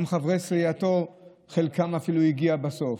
גם חברי סיעתו, חלקם אפילו הגיעו בסוף.